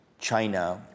China